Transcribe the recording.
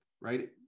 right